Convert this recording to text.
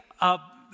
up